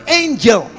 angel